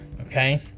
Okay